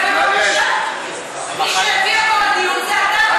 אז בבקשה, מי שהביא אותו לדיון זה אתה.